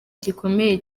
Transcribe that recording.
gikomeye